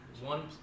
one